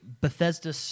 Bethesda